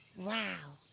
wow.